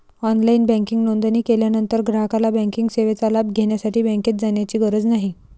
online banking नोंदणी केल्यानंतर ग्राहकाला बँकिंग सेवेचा लाभ घेण्यासाठी बँकेत जाण्याची गरज नाही